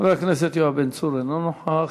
חבר הכנסת יואב בן צור, אינו נוכח.